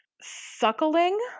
Suckling